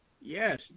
yes